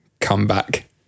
comeback